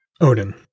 Odin